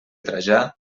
trajà